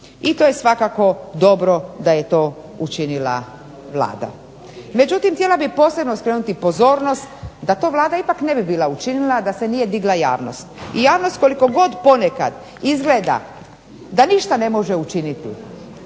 I to je svakako dobro da je to učinila Vlada. Međutim, htjela bih posebno skrenuti pozornost da to Vlada ipak ne bi bila učinila da se nije digla javnost. I javnost koliko god ponekad izgleda da ništa ne može učiniti,